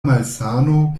malsano